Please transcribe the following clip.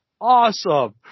awesome